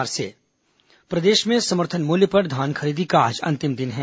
धान खरीदी प्रदेश में समर्थन मूल्य पर धान खरीदी का आज अंतिम दिन है